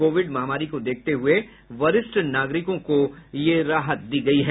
Covid महामारी को देखते हुए वरिष्ठ नागरिकों को यह राहत दी गई है